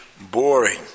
boring